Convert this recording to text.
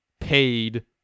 paid